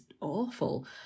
awful